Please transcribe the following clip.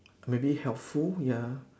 maybe helpful ya